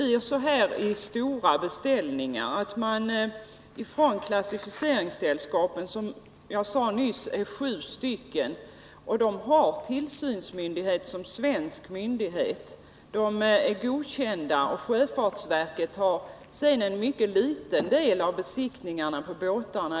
Klassificeringssällskapen är, som jag sade nyss, sju stycken, och de är godkända som tillsynsmyndighet på samma sätt som svensk myndighet. Sjöfartsverket har en mycket liten del av besiktningarna av båtarna.